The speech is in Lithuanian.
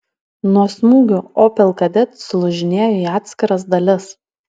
nuo smūgių opel kadett sulūžinėjo į atskiras dalis